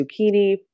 zucchini